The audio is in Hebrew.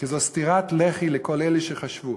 כי זו סטירת לחי לכל אלה שחשבו